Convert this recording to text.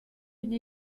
une